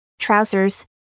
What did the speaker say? trousers